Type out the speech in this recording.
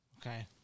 Okay